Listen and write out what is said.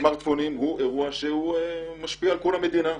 הסמרטפונים זה אירוע שמשפיע על כל המדינה,